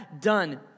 done